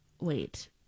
Wait